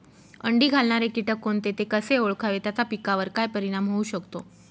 अंडी घालणारे किटक कोणते, ते कसे ओळखावे त्याचा पिकावर काय परिणाम होऊ शकतो?